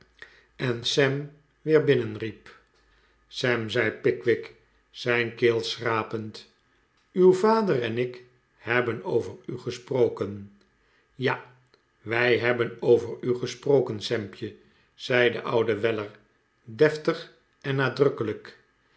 en sam weer binnenriep de pick wick club sam zei pickwick zijn keel schrapend uw vader en ik hebben over u gesproken ja wij hebben over u gesproken sampje zei de oude weller deftig en nadrukkelijk